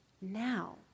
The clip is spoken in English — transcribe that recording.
now